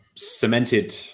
cemented